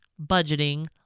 Budgeting